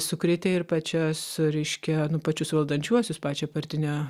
sukrėtė ir pačias reiškia nu pačius valdančiuosius pačią partinę